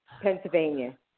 Pennsylvania